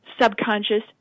subconscious